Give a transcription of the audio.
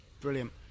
Brilliant